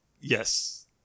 Yes